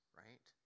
right